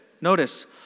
Notice